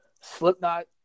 Slipknot